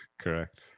Correct